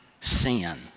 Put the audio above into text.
sin